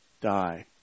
die